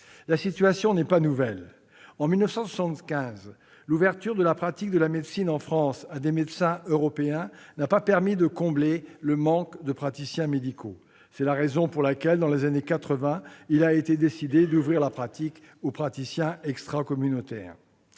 la situation n'est pas nouvelle. En 1975, l'ouverture de la pratique de la médecine en France à des médecins européens n'a pas permis de combler le manque de praticiens médicaux. C'est la raison pour laquelle, dans les années 1980, il a été décidé d'ouvrir la pratique aux praticiens extracommunautaires.